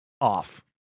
off